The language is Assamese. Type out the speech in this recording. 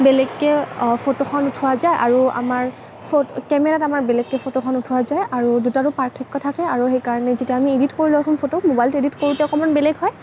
বেলেগকৈ ফটোখন উঠোৱা যায় আৰু আমাৰ কেমেৰাত আমাৰ বেলেগকৈ ফটোখন উঠোৱা যায় আৰু দুইটাতে পাৰ্থক্য থাকে আৰু সেইকাৰণে যেতিয়া আমি এডিট কৰোঁ এখন ফটো মোবাইলত এডিট কৰোঁতে অকণমান বেলেগ হয়